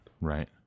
Right